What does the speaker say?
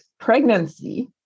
pregnancy